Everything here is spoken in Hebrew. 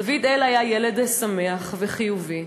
דוד-אל היה ילד שמח וחיובי,